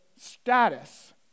status